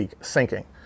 sinking